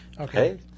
Okay